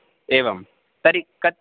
एवं तर्हि कति